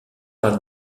par